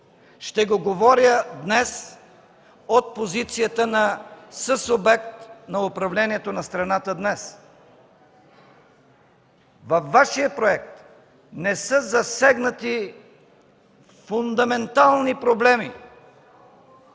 ще го говоря днес от позицията на съсубект на управлението на страната днес. Във Вашия проект не са засегнати фундаментални проблеми,